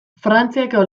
frantziako